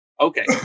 Okay